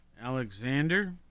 Alexander